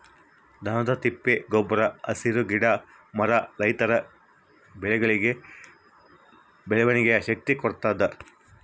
ದನದ ತಿಪ್ಪೆ ಗೊಬ್ರ ಹಸಿರು ಗಿಡ ಮರ ರೈತರ ಬೆಳೆಗಳಿಗೆ ಬೆಳವಣಿಗೆಯ ಶಕ್ತಿ ಕೊಡ್ತಾದ